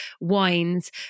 wines